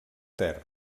ter